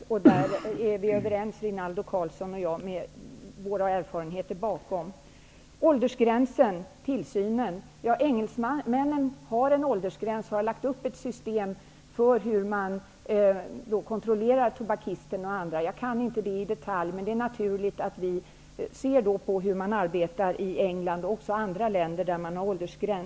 Jag och Rinaldo Karlsson är -- med de erfarenheter som vi har bakom oss -- överens om detta. Maud Ekendahl nämnde åldersgränsen och tillsynen. Engelsmännen har en åldersgräns och har lagt upp ett system för hur man skall kontrollera tobakisten och andra. Jag kan det inte i detalj. Men det är naturligt att vi ser på hur man arbetar i England och i andra länder där det finns en åldersgräns.